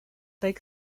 big